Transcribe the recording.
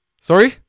Sorry